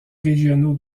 régionaux